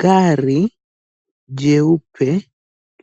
Gari jeupe